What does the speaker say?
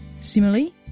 Similarly